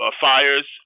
fires